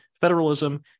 federalism